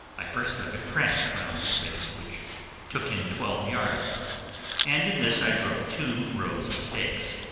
i first dug a trench round a space which took in twelve yards and in this i drove two rows of stakes,